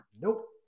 nope